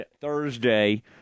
Thursday